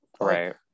Right